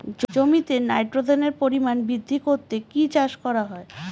জমিতে নাইট্রোজেনের পরিমাণ বৃদ্ধি করতে কি চাষ করা হয়?